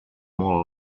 molt